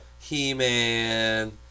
He-Man